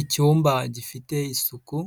Icyumba gifite isuku,